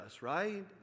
right